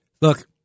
Look